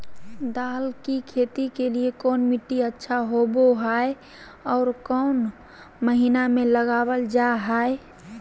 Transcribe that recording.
दाल की खेती के लिए कौन मिट्टी अच्छा होबो हाय और कौन महीना में लगाबल जा हाय?